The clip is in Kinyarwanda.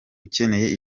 ukeneye